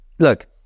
Look